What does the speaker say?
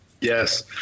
Yes